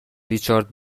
ریچارد